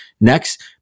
Next